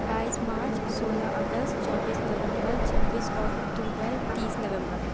بائیس مارچ سولہ اگست چوبیس نومبر چھبیس اکتوبر تیس نومبر